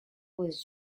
was